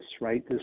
right